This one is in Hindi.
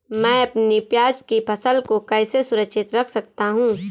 मैं अपनी प्याज की फसल को कैसे सुरक्षित रख सकता हूँ?